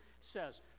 says